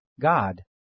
God